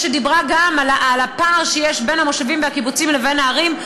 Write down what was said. שדיברה גם על הפער שבין המושבים והקיבוצים לבין הערים.